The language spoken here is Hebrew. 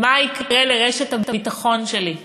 מה יקרה לרשת הביטחון שלי.